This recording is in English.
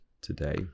today